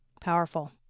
Powerful